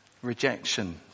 rejection